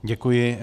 Děkuji.